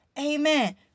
Amen